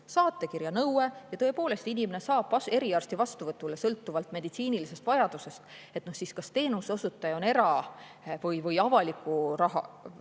saatekirja nõue ja tõepoolest inimene saab eriarsti vastuvõtule sõltuvalt meditsiinilisest vajadusest, siis kas teenuse osutaja on era‑ või avaliku raha